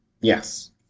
yes